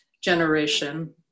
generation